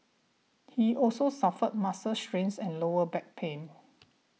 he also suffered muscle strains and lower back pain